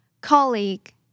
colleague